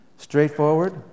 Straightforward